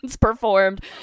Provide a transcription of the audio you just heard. performed